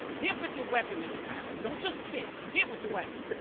hit with the weapon that you have. don't just kick. hit with the weapon.